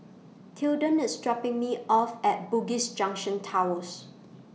Tilden IS dropping Me off At Bugis Junction Towers